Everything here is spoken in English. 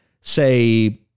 say